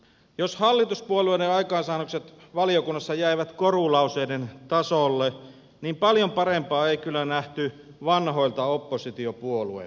jos hallituspuolueiden aikaansaannokset valiokunnassa jäivät korulauseiden tasolle niin paljon parempaa ei kyllä nähty vanhoilta oppositiopuolueiltakaan